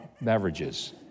beverages